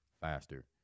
faster